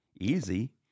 easy